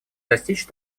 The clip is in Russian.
достичь